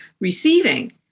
receiving